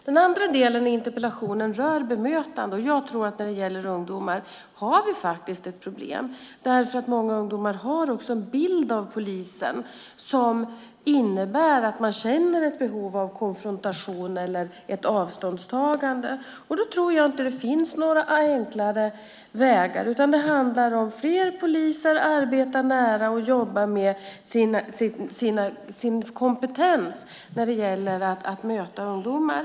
Den andra delen i interpellationen rör bemötande, och jag tror att när det gäller ungdomar har vi ett problem, för många ungdomar har en bild av polisen som innebär att man känner ett behov av konfrontation eller ett avståndstagande. Då tror jag inte att det finns några enkla vägar, utan det handlar om att ha fler poliser, att arbeta nära och att jobba med sin kompetens när det gäller att möta ungdomar.